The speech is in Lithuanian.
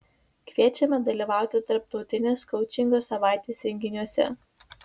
kviečiame dalyvauti tarptautinės koučingo savaitės renginiuose